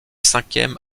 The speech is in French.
cinquième